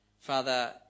Father